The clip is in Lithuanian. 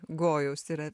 gojaus yra